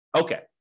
Okay